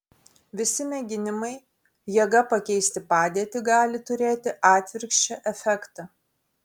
visi mėginimai jėga pakeisti padėtį gali turėti atvirkščią efektą